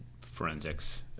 forensics